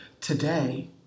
today